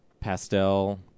pastel